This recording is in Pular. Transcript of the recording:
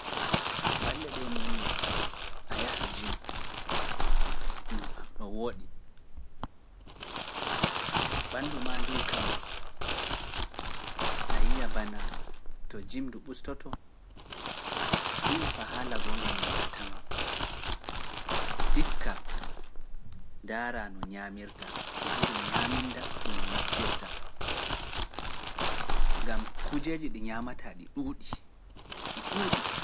Mballe ɗee mi yi’i a yaha jim no wooɗi. Ɓanndu maa nduu kam a yiya bana to jimdu ustoto, miin faa haala goonga mi wi’ata maa, dikka daara no ñaamirta e iri ñaaminda ɗum naftirta. Gam kujeeji ɗi ñaamataa ɗi ɗuuɗi, ɗi ɗuuɗi.